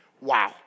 Wow